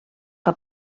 que